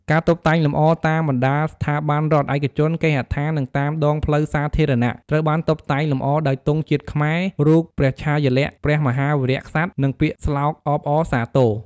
ការតុបតែងលម្អ តាមបណ្ដាស្ថាប័នរដ្ឋ ឯកជន គេហដ្ឋាន និងតាមដងផ្លូវសាធារណៈ ត្រូវបានតុបតែងលម្អដោយទង់ជាតិខ្មែរ រូបព្រះឆាយាល័ក្ខណ៍ព្រះមហាវីរក្សត្រ និងពាក្យស្លោកអបអរសាទរ។